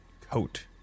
coat